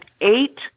eight